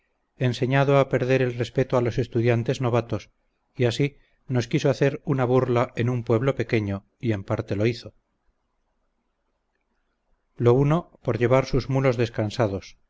condición desapacible enseñado a perder el respeto a los estudiantes novatos y así nos quiso hacer una burla en un pueblo pequeño y en parte la hizo lo uno por llevar sus mulos descansados